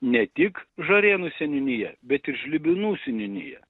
ne tik žarėnų seniūnija bet ir žlibinų seniūnija